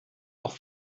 auch